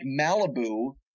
Malibu